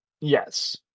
Yes